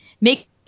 make